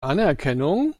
anerkennung